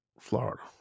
Florida